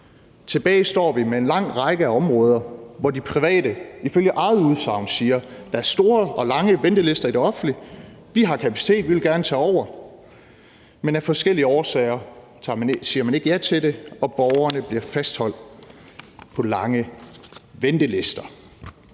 Tilbage står vi med en lang række af områder, hvor de private ifølge eget udsagn siger: Der er lange ventelister i det offentlige, vi har kapacitet, og vi vil gerne tage over. Men af forskellige årsager siger man ikke ja til det, og borgerne bliver fastholdt på lange ventelister.